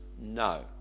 no